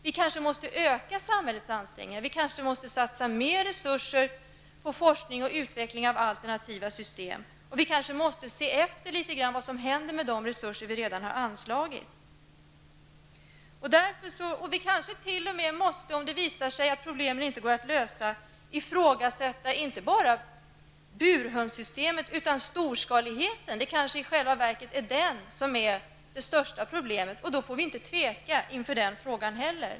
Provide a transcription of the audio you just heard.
Vi måste kanske öka samhällets ansträngningar, vi måste kanske satsa mer resurser på forskning och utveckling av alternativa system. Det blir kanske också nödvändigt att se efter vad som händer med de resurser som vi redan har anslagit. Om det visar sig att problemen inte går att lösa, måste vi kanske t.o.m. ifrågasätta inte bara burhönssystemet utan storskaligheten. Det är kanske i själva verket den som är det största problemet, och då får vi inte tveka inför det problemet heller.